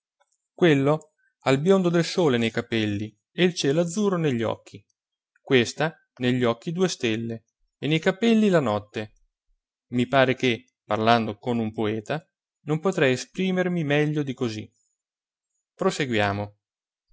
ha il biondo del sole nei capelli e il cielo azzurro negli occhi questa negli occhi due stelle e nei capelli la notte i pare che parlando con un poeta non potrei esprimermi meglio di così proseguiamo